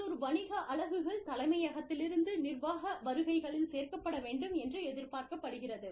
உள்ளூர் வணிக அலகுகள் தலைமையகத்திலிருந்து நிர்வாக வருகைகளில் சேர்க்கப்பட வேண்டும் என்று எதிர்பார்க்கப்படுகிறது